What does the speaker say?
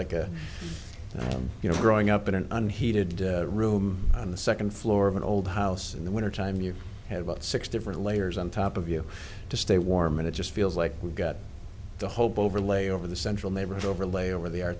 a you know growing up in an unheated room on the second floor of an old house in the wintertime you have about six different layers on top of you to stay warm and it just feels like we've got to hope overlay over the central neighborhood overlay over the r